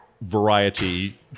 variety